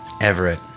Everett